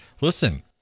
Listen